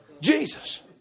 Jesus